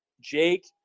Jake